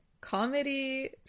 comedy